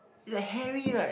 like Harry [right]